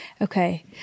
Okay